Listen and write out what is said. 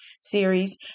series